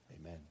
Amen